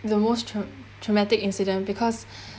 the most trau~ traumatic incident because